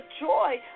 joy